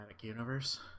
universe